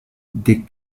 des